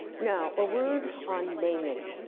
now, a word on naming.